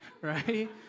right